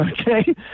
okay